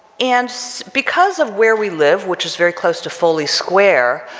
and because of where we live, which is very close to foley square,